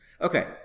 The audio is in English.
Okay